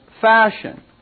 fashion